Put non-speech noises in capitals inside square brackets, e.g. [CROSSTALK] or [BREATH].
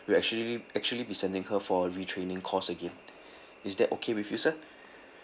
we'll actually actually be sending her for retraining course again [BREATH] is that okay with you sir